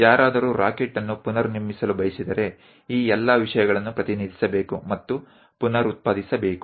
ಯಾರದಾರು rocket ಅನ್ನು ಪುನರ್ನಿರ್ಮಿಸಲು ಬಯಸಿದರೆ ಈ ಎಲ್ಲ ವಿಷಯಗಳನ್ನು ಪ್ರತಿನಿಧಿಸಬೇಕು ಮತ್ತು ಪುನರುತ್ಪಾದಿಸಬೇಕು